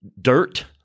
Dirt